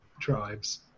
tribes